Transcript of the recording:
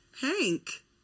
Hank